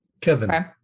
Kevin